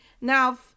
Now